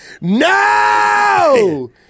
No